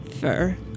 fur